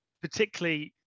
particularly